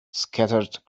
scattered